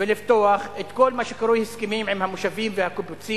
ולפתוח את כל מה שקרוי הסכמים עם המושבים והקיבוצים